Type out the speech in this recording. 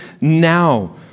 now